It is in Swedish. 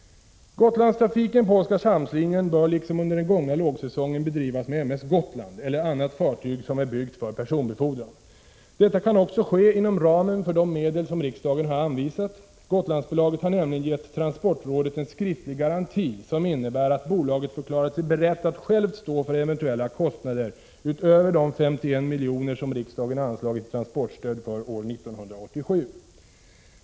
Gotlandstrafiken på Oskarshamnslinjen bör liksom under den gångna lågsäsongen bedrivas med M/S Gotland eller annat fartyg som är byggt för personbefordran. Detta kan också ske inom ramen för de medel som riksdagen anvisat. Gotlandsbolaget har nämligen givit transportrådet en skriftlig garanti, som innebär att bolaget förklarat sig berett att självt stå för eventuella kostnader utöver de 51 milj.kr. som riksdagen anslagit i transportstöd för 1987.